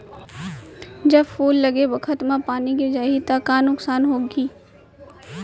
जब फूल लगे बखत म पानी गिर जाही त का नुकसान होगी?